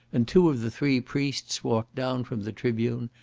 and two of the three priests walked down from the tribune,